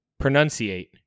Pronunciate